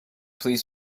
please